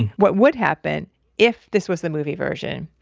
what would happen if this was the movie version.